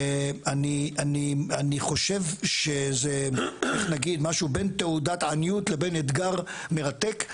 אני חושב שזה איך נגיד משהו בין תעודת עניות לבין אתגר מרתק,